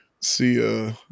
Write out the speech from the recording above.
See